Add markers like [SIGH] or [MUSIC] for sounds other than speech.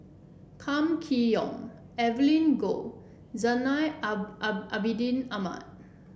Kam Kee Yong Evelyn Goh Zainal [UNINTELLIGIBLE] Abidin Ahmad